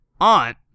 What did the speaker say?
aunt